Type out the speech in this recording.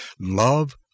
Love